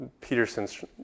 Peterson's